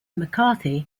mccarthy